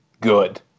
good